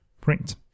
print